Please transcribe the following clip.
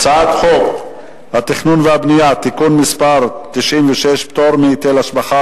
הצעת חוק התכנון והבנייה (תיקון מס' 96) (פטור מהיטל השבחה